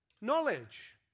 Knowledge